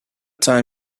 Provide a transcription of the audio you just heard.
time